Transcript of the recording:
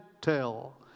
tell